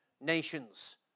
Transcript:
nations